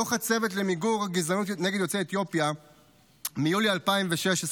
דוח הצוות למיגור הגזענות נגד יוצאי אתיופיה מיולי 2016,